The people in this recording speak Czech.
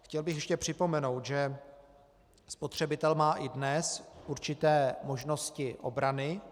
Chtěl bych ještě připomenout, že spotřebitel má i dnes určité možnosti obrany.